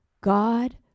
God